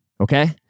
Okay